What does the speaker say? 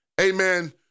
amen